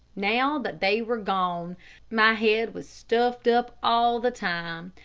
now that they were gone my head was stuffed up all the time.